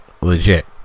legit